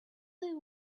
they